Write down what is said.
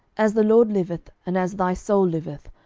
as the lord liveth, and as thy soul liveth,